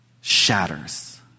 shatters